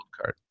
card